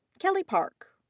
kelly park.